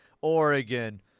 Oregon